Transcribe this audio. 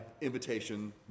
invitation